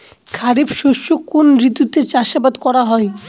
খরিফ শস্য কোন ঋতুতে চাষাবাদ করা হয়?